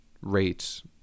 rates